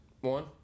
one